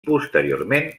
posteriorment